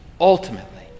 Ultimately